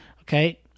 Okay